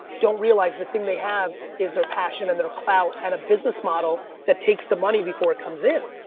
don't realize the thing they have is their passion and their clout and a business model that takes the money before it comes in.